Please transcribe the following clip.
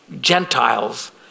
Gentiles